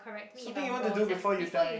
something you want to do before you die